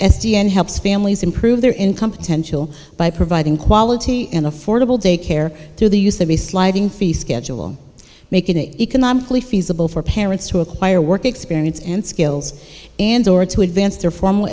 sdn helps families improve their income potential by providing quality affordable daycare through the use of a sliding fee schedule making it economically feasible for parents to acquire work experience and skills and or to advance their formal